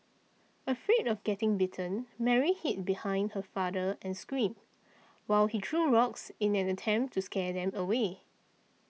afraid of getting bitten Mary hid behind her father and screamed while he threw rocks in an attempt to scare them away